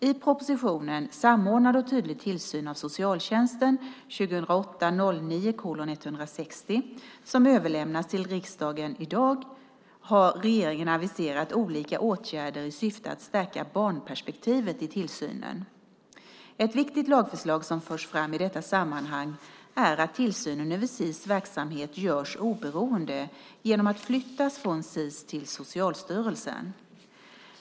I propositionen Samordnad och tydlig tillsyn av socialtjänsten som överlämnas till riksdagen i dag har regeringen aviserat olika åtgärder i syfte att stärka barnperspektivet i tillsynen. Ett viktigt lagförslag som förs fram i detta sammanhang är att tillsynen över Sis verksamhet görs oberoende genom att flyttas från Sis till Socialstyrelsen.